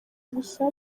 gusa